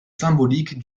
symbolique